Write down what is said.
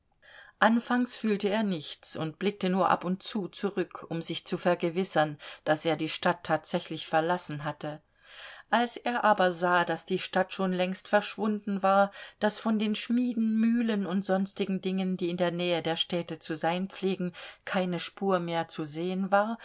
anfangs fühlte er nichts und blickte nur ab und zu zurück um sich zu vergewissern daß er die stadt tatsächlich verlassen hatte als er aber sah daß die stadt schon längst verschwunden war daß von den schmieden mühlen und sonstigen dingen die in der nähe der städte zu sein pflegen keine spur mehr zu sehen war